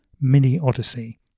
mini-odyssey